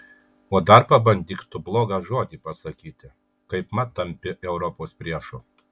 o dar pabandyk tu blogą žodį pasakyti kaipmat tampi europos priešu